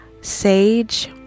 Sage